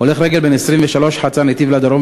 הולך רגל בן 23 חצה נתיב לדרום,